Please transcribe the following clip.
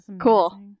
Cool